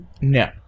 No